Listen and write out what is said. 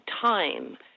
time